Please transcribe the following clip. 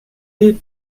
deep